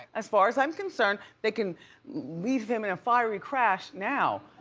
as far as i'm concerned, they can leave him in a fiery crash now.